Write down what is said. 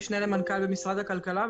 המשנה למנכ"ל משרד הכלכלה,